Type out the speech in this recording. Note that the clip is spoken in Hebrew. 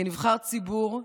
כנבחר ציבור,